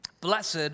blessed